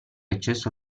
accesso